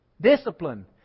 discipline